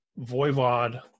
Voivod